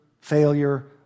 failure